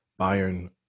Bayern